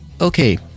okay